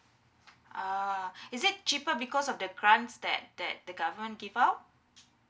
ah is it cheaper because of the grants that that the government give out